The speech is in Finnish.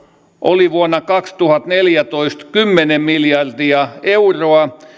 oli vuonna kaksituhattaneljätoista kymmenen miljardia euroa